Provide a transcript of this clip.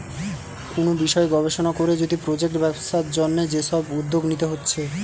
কুনু বিষয় গবেষণা কোরে যদি প্রজেক্ট ব্যবসার জন্যে যে সব উদ্যোগ লিতে হচ্ছে